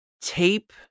tape